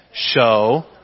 Show